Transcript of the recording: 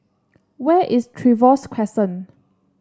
where is Trevose Crescent